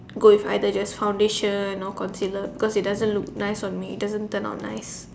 go with either just foundation or concealer cause it doesn't look nice on me it doesn't turn out nice